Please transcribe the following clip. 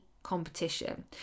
competition